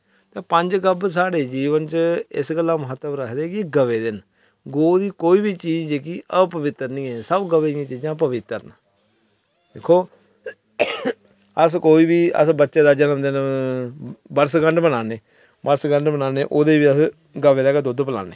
ते पंज गब्ब जेह्के साढ़े जे एंड के च इस लेई महत्व रक्खदे न कि गवै दे न गौ दी कोई बी चीज जेह्की अपवित्तर निं ऐ सारियां चीजां पवित्तर न दिक्खो अस कोई बी अस बच्चे दा जन्मदिन बरसगंढ बनाने बरसगंढ बनाने ओह्दे ई अस गवै दा दुद्ध गै लाने